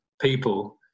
people